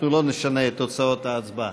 אנחנו לא נשנה את תוצאות ההצבעה.